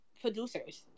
producers